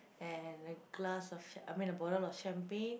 and a glass of I mean a bottle of champagne